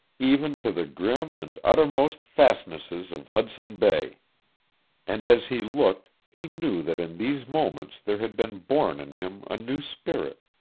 even to the grim and uttermost fastnesses of hudson bay and as he looked he knew that in these moments there had been born in him a new spirit,